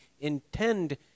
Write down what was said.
intend